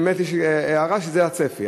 באמת יש הערה שזה הצפי.